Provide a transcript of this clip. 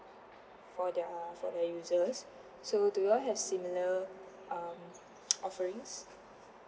for their for their users so do you all have similar um offerings